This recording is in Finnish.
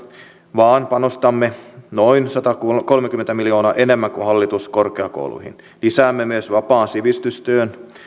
vaan panostamme noin satakolmekymmentä miljoonaa enemmän kuin hallitus korkeakouluihin lisäämme myös vapaan sivistystyön